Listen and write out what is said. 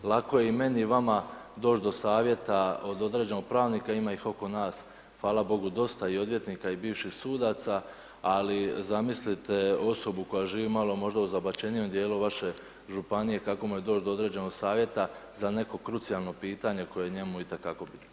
Lako je i meni i vama doć do savjeta od određenog pravnika ima ih oko nas fala bogu dosta i odvjetnika i bivših sudaca, ali zamislite osobu koja živi malo možda u zabačenijem dijelu vaše županije kako mu je doć do određenog savjeta za neko krucijalno pitanje koje je njemu i te kako bitno.